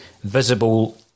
visible